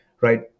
right